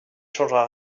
changera